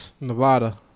Nevada